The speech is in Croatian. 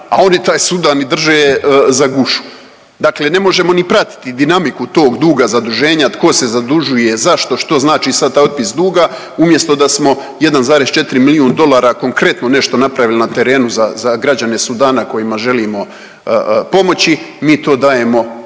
a oni taj Sudan i drže za gušu. Dakle, ne možemo ni pratiti dinamiku tog duga, zaduženja, tko se zadužuje, zašto, što znači sad taj otpis duga, umjesto da smo 1,4 milijun dolara konkretno nešto napravili na terenu za građane Sudana kojima želimo pomoći mi to dajemo